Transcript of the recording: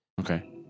okay